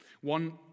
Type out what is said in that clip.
One